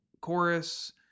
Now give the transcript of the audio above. chorus